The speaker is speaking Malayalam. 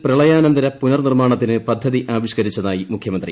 കേരളത്തിൽ പ്രളയാനന്തര പുനർനിർമ്മാണത്തിന് പദ്ധതി ആവിഷ്ക്കരിച്ചതായി മുഖ്യമന്ത്രി